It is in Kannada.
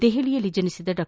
ದೆಹಲಿಯಲ್ಲಿ ಜನಿಸಿದ ಡಾ